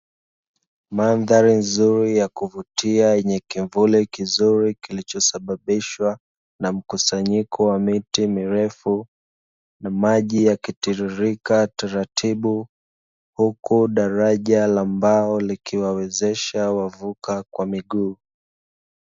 Mandhari nzuri ya kuvutia yenye kimvuli kizuri kilichosababishwa na mkusanyiko wa miti mirefu na maji yakitiririka taratibu. Huku daraja la mbao likiwawezesha wavuka kwa miguu.